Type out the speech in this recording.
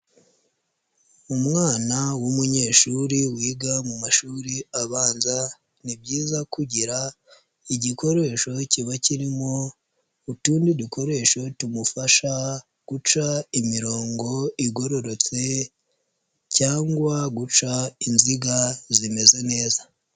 Umwana w'umunyeshuri wiga mu mashuri abanza, ni byiza kugira igikoresho kiba kirimo utundi dukoresho tumufasha guca imirongo igororotse cyangwa guca inziga zimeze neza.